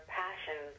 passion